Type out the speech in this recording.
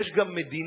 יש גם מדינה,